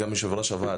יו"ר הוועד,